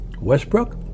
Westbrook